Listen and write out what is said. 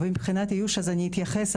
ומבחינת איוש אני אתייחס.